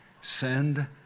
Send